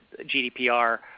GDPR